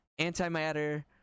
antimatter